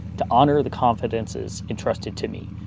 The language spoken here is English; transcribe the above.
to honor the confidences entrusted to me.